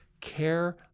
care